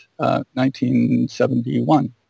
1971